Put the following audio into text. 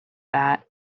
that